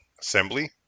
assembly